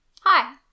Hi